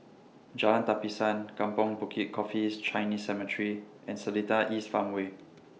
Jalan Tapisan Kampong Bukit Coffees Chinese Cemetery and Seletar East Farmway